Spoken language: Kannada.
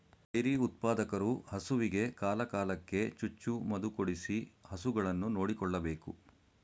ಡೈರಿ ಉತ್ಪಾದಕರು ಹಸುವಿಗೆ ಕಾಲ ಕಾಲಕ್ಕೆ ಚುಚ್ಚು ಮದುಕೊಡಿಸಿ ಹಸುಗಳನ್ನು ನೋಡಿಕೊಳ್ಳಬೇಕು